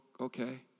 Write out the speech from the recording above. Okay